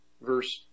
Verse